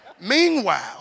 Meanwhile